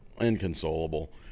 inconsolable